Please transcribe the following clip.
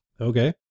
Okay